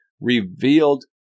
revealed